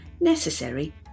necessary